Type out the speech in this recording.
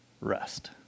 rest